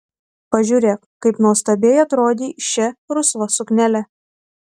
pažiūrėk kaip nuostabiai atrodei šia rusva suknele